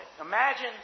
Imagine